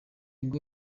ngo